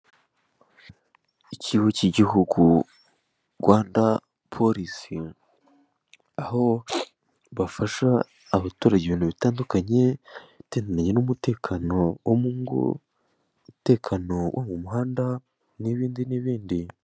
Ikigo cy'igihugu Rwanda polisi, aho bafasha abaturage ibintu bitandukanye, ibigendanye n'umutekano wo mu ngo, umutekano wo mu muhanda n'ibindi n'ibindi.